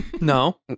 No